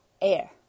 air